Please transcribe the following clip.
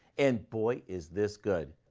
and boy is this good!